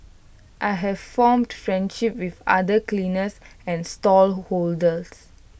I have formed friendships with other cleaners and stallholders